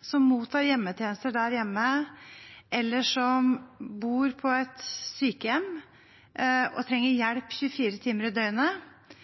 som mottar hjemmetjenester, eller som bor på et sykehjem og trenger hjelp 24 timer i døgnet,